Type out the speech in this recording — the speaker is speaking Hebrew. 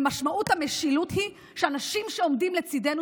ומשמעות המשילות היא שאנשים שעומדים לצידנו,